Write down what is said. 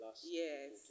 yes